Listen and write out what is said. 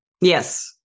Yes